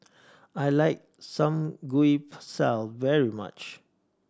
I like Samgyeopsal very much